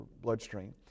bloodstream